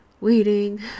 waiting